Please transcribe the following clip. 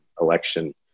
election